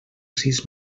sis